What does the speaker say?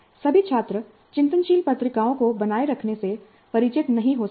सभी छात्र चिंतनशील पत्रिकाओं को बनाए रखने से परिचित नहीं हो सकते हैं